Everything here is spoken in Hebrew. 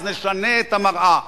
אז נשנה את המראה.